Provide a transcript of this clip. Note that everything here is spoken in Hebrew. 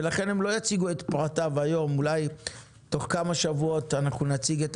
אולי נציג את הממצאים תוך כמה שבועות,